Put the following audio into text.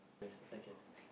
press okay